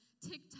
TikTok